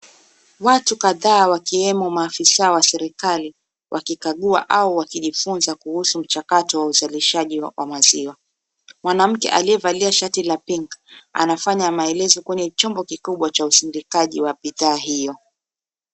Watu kadhaa wakiwemo Maafisa za serikali wakikagua au wakijifunza kuhusu mchakato wa uzalishaji wa maziwa. Mwanamke aliyevalia Shati la pinki anafanya maelezo Kwenye chombo kukubwa cha usindikaji wa bidhaa kama hiyo